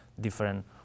different